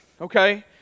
okay